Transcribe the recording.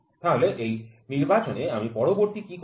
তাহলে এই নির্বাচনে আমি পরবর্তী কি করব